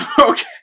Okay